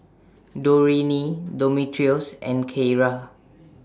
Dorene Demetrios and Kierra